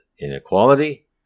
inequality